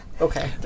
Okay